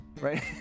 right